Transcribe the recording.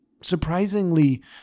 surprisingly